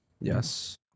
Yes